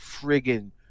friggin